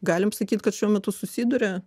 galim sakyt kad šiuo metu susiduria